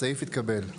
הסעיף התקבל.